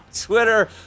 Twitter